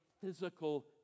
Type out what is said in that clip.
physical